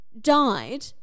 died